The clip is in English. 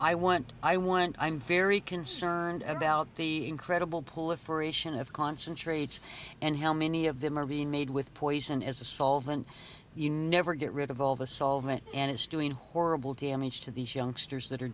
i want i want i'm very concerned about the incredible pull of for ration of concentrates and how many of them are being made with poison as a solvent you never get rid of all the solvent and it's doing horrible damage to these youngsters that are